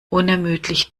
unermüdlich